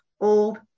old